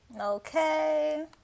Okay